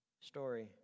story